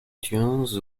tunes